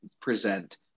present